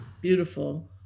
Beautiful